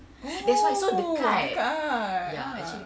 oh dekat ah